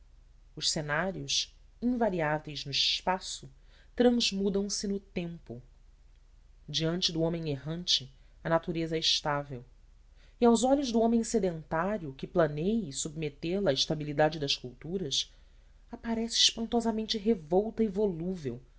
os cenários invariáveis no espaço transmudam se no tempo diante do homem errante a natureza é estável e aos olhos do homem sedentário que planeie submetê la à estabilidade das culturas aparece espantosamente revolta e volúvel